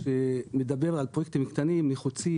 שמדבר על פרויקטים קטנים ונחוצים.